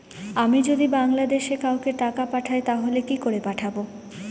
আমি যদি বাংলাদেশে কাউকে টাকা পাঠাই তাহলে কি করে পাঠাবো?